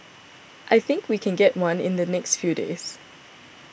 I think we can get one in the next few days